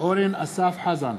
אורן אסף חזן,